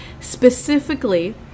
Specifically